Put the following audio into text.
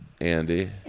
Andy